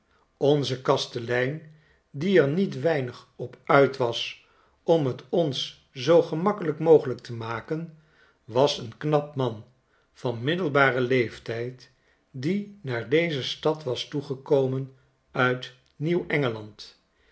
onze kastelein die er niet weinigopuit was om t ons zoo gemakkelijk mogelijk te maken was een knap man van middelbaien leeftijd die naar deze stad was toegekomen uit